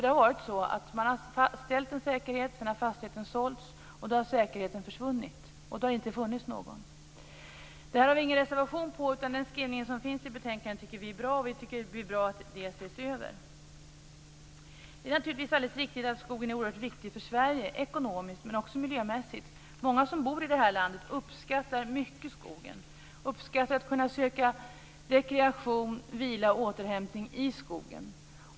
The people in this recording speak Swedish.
Det har ju varit så att man har ställt en säkerhet. Men om fastigheten sålts har säkerheten försvunnit. Då har det alltså inte funnits någon säkerhet. Vi har ingen reservation om detta. Den skrivning som finns i betänkandet tycker vi är bra. Vi anser alltså att det är bra med en översyn av detta. Det är naturligtvis alldeles riktigt att skogen är oerhört viktig för Sverige, både ekonomiskt och miljömässigt. Många som bor i det här landet uppskattar skogen mycket. Man uppskattar möjligheten att söka rekreation, vila och återhämtning i skogen.